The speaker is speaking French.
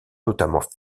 notamment